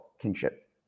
Kinship